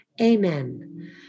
Amen